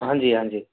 हाँ जी हाँ जी